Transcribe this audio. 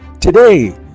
Today